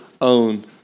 own